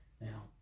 Now